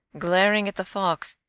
glaring at the fox,